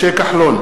משה כחלון,